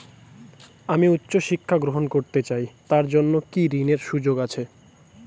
আমি উচ্চ শিক্ষা গ্রহণ করতে চাই তার জন্য কি ঋনের সুযোগ আছে?